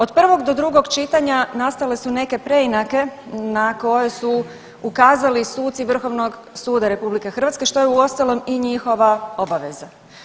Od prvog do drugo čitanja nastale su neke preinake na koje su ukazali suci Vrhovnog suda RH što je uostalom i njihova obaveza.